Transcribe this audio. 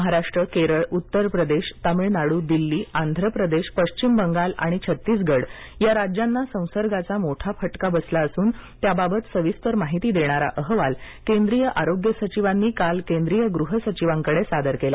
महाराष्ट्र केरळ उत्तर प्रदेश तमिळनाडू दिल्ली आंध्र प्रदेश पश्चिम बंगाल आणि छत्तीसगड या राज्यांना संसर्गाचा मोठा फटका बसला असून त्याबाबत सविस्तर माहिती देणारा अहवाल केंद्रीय आरोग्य सचिवांनी काल केंद्रीय गृह सचिवांकडे सादर केला